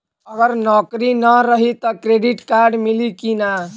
अगर नौकरीन रही त क्रेडिट कार्ड मिली कि ना?